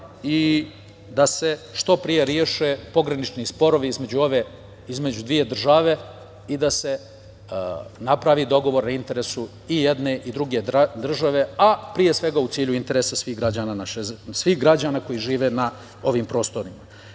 i da se što pre reše pogranični sporovi između dve države i da se napravi dogovor u interesu i jedne i druge države, a pre svega u cilju interesa svih građana koji žive na ovim prostorima. Jako